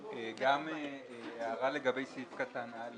הערה לגבי סעיף (א),